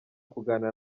kuganira